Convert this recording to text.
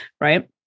right